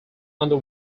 under